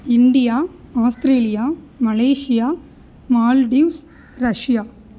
India Australia Malaysia Maldives Russia